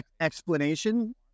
explanation